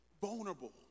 vulnerable